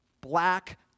black